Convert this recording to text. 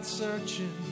searching